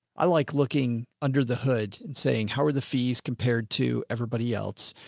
i like looking under the hood and saying, how are the fees compared to everybody else?